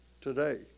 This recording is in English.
today